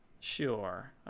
Sure